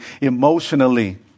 emotionally